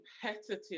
competitive